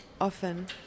often